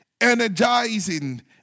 energizing